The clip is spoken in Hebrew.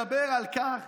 מדבר על כך